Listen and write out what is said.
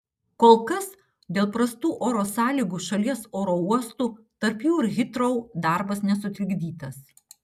kol kas dėl prastų oro sąlygų šalies oro uostų tarp jų ir hitrou darbas nesutrikdytas